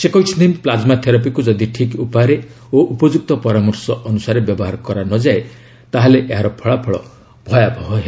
ସେ କହିଛନ୍ତି ପ୍ଲାଜମା ଥେରାପିକୁ ଯଦି ଠିକ୍ ଉପାୟରେ ଓ ଉପଯୁକ୍ତ ପରାମର୍ଶ ଅନୁଯାୟୀ ବ୍ୟବହାର କରାନଯାଏ ତାହେଲେ ଏହାର ଫଳାଫଳ ଭୟାବହ ହେବ